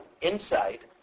insight